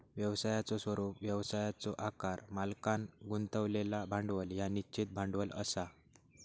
व्यवसायाचो स्वरूप, व्यवसायाचो आकार, मालकांन गुंतवलेला भांडवल ह्या निश्चित भांडवल असा